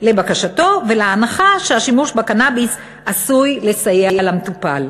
לבקשתו ולהנחה שהשימוש בקנאביס עשוי לסייע למטופל.